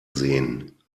sehen